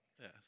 Yes